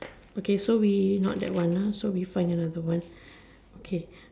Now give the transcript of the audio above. okay so we find another one okay